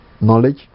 knowledge